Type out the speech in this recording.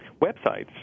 websites